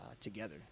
together